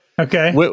okay